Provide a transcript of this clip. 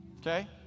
Okay